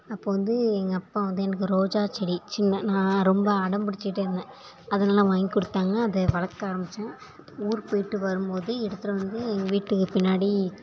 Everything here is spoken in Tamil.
அப்போது வந்து எங்கள் அப்பா வந்து எனக்கு ரோஜா செடி சின்ன நான் ரொம்ப அடம் பிடிச்சுட்டே இருந்தேன் அதனால் வாங்கிக் கொடுத்துட்டாங்க அதை வளர்க்க ஆரம்பித்தேன் ஊருக்குப் போய்ட்டு வரும்போது எடுத்துட்டு வந்து எங்கள் வீட்டுக்குப் பின்னாடி